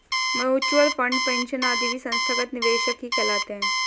mutual fund, pension आदि भी संस्थागत निवेशक ही कहलाते हैं